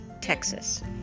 Texas